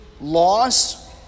loss